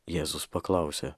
jėzus paklausė